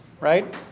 right